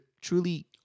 truly